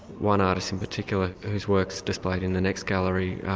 one artist in particular whose work is displayed in the next gallery,